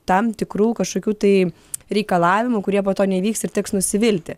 tam tikrų kažkokių tai reikalavimų kurie po to neįvyks ir teks nusivilti